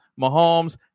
Mahomes